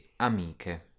amiche